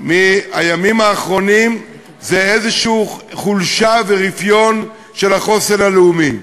מהימים האחרונים זה איזו חולשה ורפיון של החוסן הלאומי.